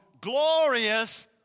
glorious